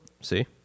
See